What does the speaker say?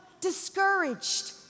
discouraged